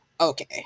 okay